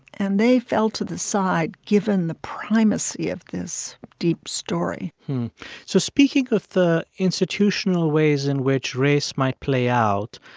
and they fell to the side given the primacy of this deep story so speaking of the institutional ways in which race might play out,